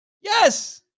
Yes